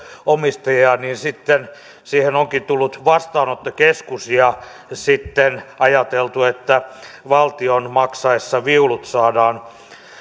omistajia onkin tullut vastaanottokeskus ja sitten on ajateltu että valtion maksaessa viulut saadaan